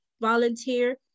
volunteer